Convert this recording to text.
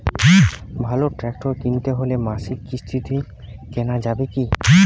ভালো ট্রাক্টর কিনতে হলে মাসিক কিস্তিতে কেনা যাবে কি?